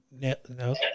No